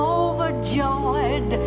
overjoyed